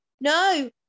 no